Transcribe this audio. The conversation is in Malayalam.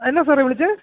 എന്നാ സാറേ വിളിച്ചത്